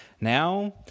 Now